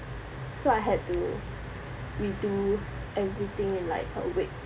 so I had to redo everything in like a week